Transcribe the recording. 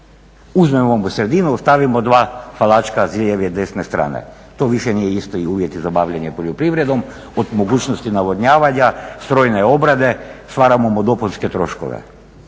Uzmemo mu sredinu, ostavimo dva …/Govornik se ne razumije./… s lijeve i desne strane. To više nije isto i uvjeti za bavljenje poljoprivrednom od mogućnosti navodnjavanja, strojne obrade, stvaramo mu dopunske troškove.